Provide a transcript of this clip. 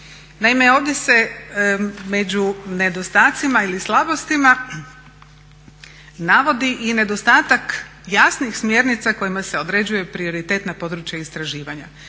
Naime, ovdje se među nedostatcima ili slabostima navodi i nedostatak jasnih smjernica kojima se određuje prioritet na područje istraživanja.